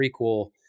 prequel